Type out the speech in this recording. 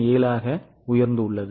07 ஆக உயர்ந்துள்ளது